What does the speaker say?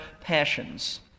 passions